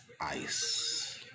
ice